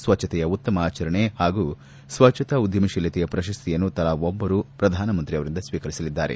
ಸ್ವಚ್ಛತೆಯ ಉತ್ತಮ ಆಚರಣೆ ಹಾಗೂ ಸ್ವಚ್ಛತಾ ಉದ್ದಮಶೀಲತೆಯ ಪ್ರಶಸ್ತಿಯನ್ನು ತಲಾ ಒಬ್ಬರು ಪ್ರಧಾನಮಂತ್ರಿಯಿಂದ ಸ್ವೀಕರಿಸಲಿದ್ದಾರೆ